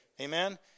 Amen